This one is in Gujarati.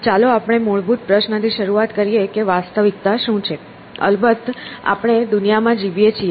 ચાલો આપણે મૂળભૂત પ્રશ્નથી શરૂ કરીએ કે વાસ્તવિકતા શું છે અલબત્ત આપણે દુનિયામાં જીવીએ છીએ